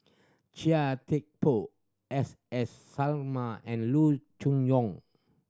Chia Thye Poh S S Sarma and Loo Choon Yong